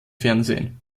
fernsehen